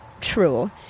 true